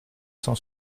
cent